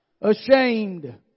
ashamed